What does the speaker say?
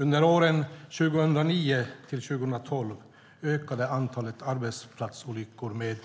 Under åren 2009-2012 ökade antalet arbetsplatsolyckor med